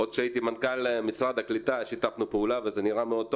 עוד שהייתי מנכ"ל משרד הקליטה שיתפנו פעולה וזה נראה מאוד טוב.